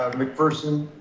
mcpherson.